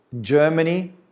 Germany